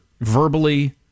verbally